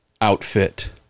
outfit